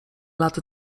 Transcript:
lat